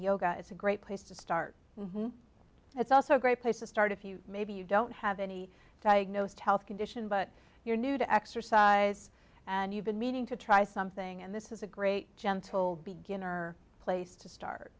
yoga is a great place to start it's also a great place to start if you maybe you don't have any diagnosed health condition but you're new to exercise and you've been meaning to try something and this is a great gentle beginner place to start